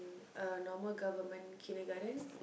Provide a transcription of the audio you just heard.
uh normal government kindergarten